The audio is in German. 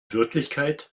wirklichkeit